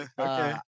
Okay